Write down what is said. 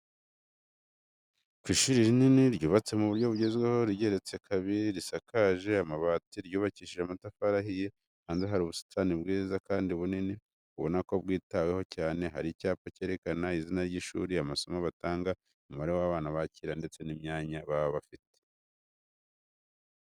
Ku ishuri rinini, ryubatse mu buryo bugezweho, rigeretse kabiri, risakaje amabati, ryubakishije amatafari ahiye. Hanze hari ubusitani bwiza kandi bunini, ubona ko bwitaweho cyane. Hari icyapa cyerekana izina ry'ishuri, amasomo batanga, umubare w'abana bakira, ndetse n'imyaka baba bafite.